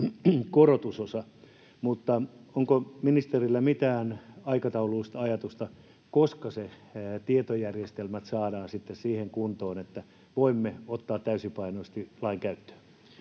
korotusosa. Mutta onko ministerillä mitään ajatusta aikatauluista, koska ne tietojärjestelmät saadaan siihen kuntoon, että voimme ottaa täysipainoisesti lain käyttöön?